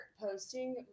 posting